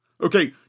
Okay